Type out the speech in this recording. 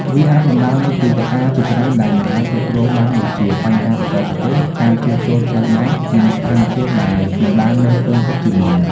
វាអាចបណ្ដាលមកពីកត្តាជាច្រើនដែលមិនអាចគ្រប់គ្រងបានដូចជា បញ្ហាបច្ចេកទេស ការជួសជុលផ្លូវដែក និងស្ថានភាពដែលមិនបានមើលឃើញទុកជាមុន។